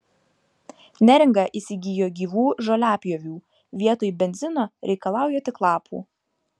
neringa įsigijo gyvų žoliapjovių vietoj benzino reikalauja tik lapų